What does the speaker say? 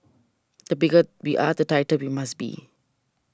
the bigger we are the tighter we must be